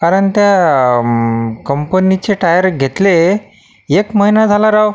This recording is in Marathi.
कारण त्या कंपनीचे टायर घेतले एक महिना झाला राव